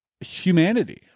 humanity